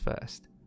first